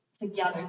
together